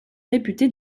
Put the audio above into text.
réputé